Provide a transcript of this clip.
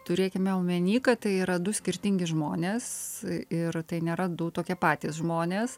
turėkime omeny kad tai yra du skirtingi žmonės ir tai nėra du tokie patys žmonės